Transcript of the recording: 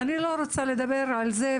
אני לא רוצה לדבר על זה,